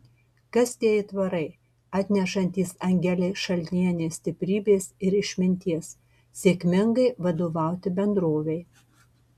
kas tie aitvarai atnešantys angelei šalnienei stiprybės ir išminties sėkmingai vadovauti bendrovei